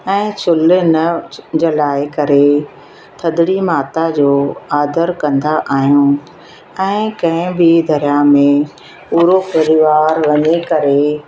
ऐं चुल्हि न जलाए करे थदड़ी माता जो आदर कंदा आहियूं ऐं कंहिं बि दरियाह में पूरो परिवार वञी करे